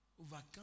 overcome